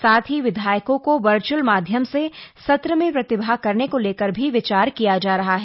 साथ ही विधायकों को वर्च्अल माध्यम से सत्र में प्रतिभाग करने को लेकर भी विचार किया जा रहा है